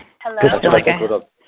Hello